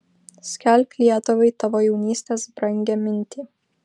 skelbk lietuvai tavo jaunystės brangią mintį